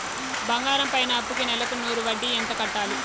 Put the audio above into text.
బంగారం పైన అప్పుకి నెలకు నూరు వడ్డీ ఎంత కట్టాలి?